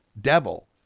devil